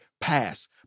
pass